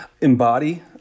embody